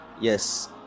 Yes